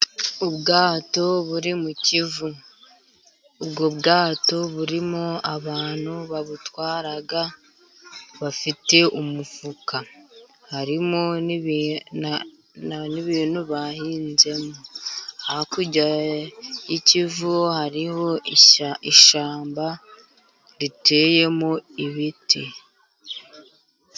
Ubwato buri mu Kivu. Ubwo bwato burimo abantu babutwara bafite umufuka, harimo ibintu bahinzemo. hakurya y'Ikivu hariho ishyamba riteyemo ibiti.